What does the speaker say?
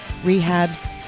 rehabs